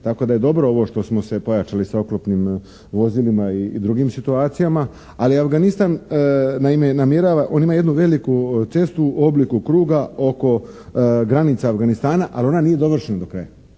tako da je dobro ovo što smo se pojačali sa oklopnim vozilima i drugim situacijama ali Afganistan naime namjerava, on ima jednu veliku cestu u obliku kruga oko granica Afganistana ali ona nije dovršena do kraja,